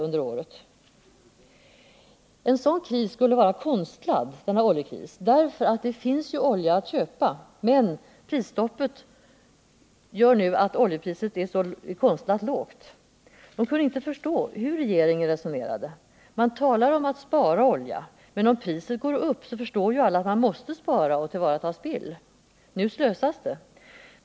En sådan oljekris skulle vara konstlad, eftersom det finns olja att köpa men priset genom prisstoppet nu hålls konstlat lågt. De kunde inte förstå hur regeringen resonerade. Man talar omaatt spara olja, men om priset går upp förstår ju alla att man måste spara och tillvarata spill. Nu slösas det.